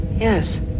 Yes